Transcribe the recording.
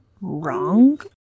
wrong